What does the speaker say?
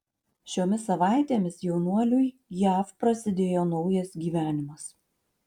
šiomis savaitėmis jaunuoliui jav prasidėjo naujas gyvenimas